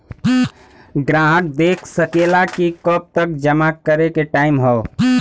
ग्राहक देख सकेला कि कब तक जमा करे के टाइम हौ